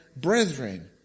brethren